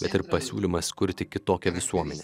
bet ir pasiūlymas kurti kitokią visuomenę